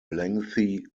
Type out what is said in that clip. lengthy